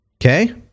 Okay